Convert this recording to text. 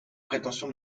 prétention